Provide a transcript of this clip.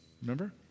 Remember